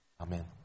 Amen